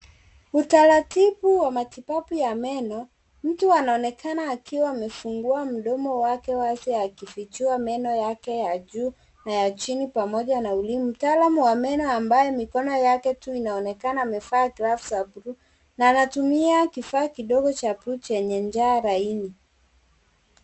Utaratibu wa matibabu ya meno. Mtu anaonekana akiwa amefungua mdomo wake wazi akifichua meno yake ya juu na ya chini pamoja na ulimi. Mtaalamu wa meno ambaye mikono yake tu inaonekana amevaa glovu za bluu na anatumia kifaa kidogo cha bluu chenye ncha laini.